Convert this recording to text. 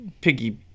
piggy